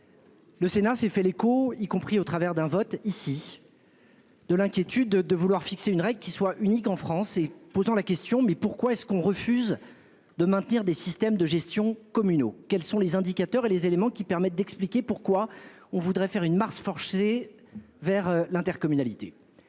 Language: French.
Le Sénat s'est fait l'écho, y compris au travers d'un vote ici. De l'inquiétude de vouloir fixer une règle qui soit unique en France et posant la question, mais pourquoi est-ce qu'on refuse. De maintenir des systèmes de gestion communaux. Quels sont les indicateurs et les éléments qui permettent d'expliquer pourquoi on voudrait faire une marche forcée vers l'intercommunalité.